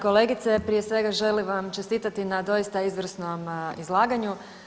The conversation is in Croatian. kolegice, prije svega želim vam čestitati na doista izvrsnom izlaganju.